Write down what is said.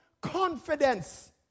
confidence